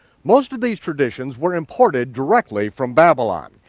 most of these traditions were imported directly from babylon.